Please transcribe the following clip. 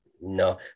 No